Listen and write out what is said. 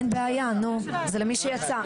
אין בעיה, זה למי שיצא.